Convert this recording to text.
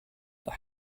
that